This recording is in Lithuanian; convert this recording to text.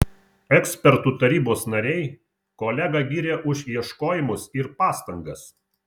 ekspertų tarybos nariai kolegą gyrė už ieškojimus ir pastangas